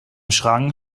schrank